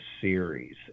series